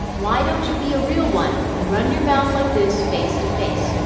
why don't you be a real one and run your mouth like this face to face.